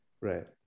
Right